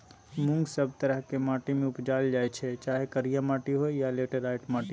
मुँग सब तरहक माटि मे उपजाएल जाइ छै चाहे करिया माटि होइ या लेटेराइट माटि